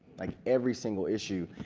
like every single issue,